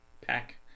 Pack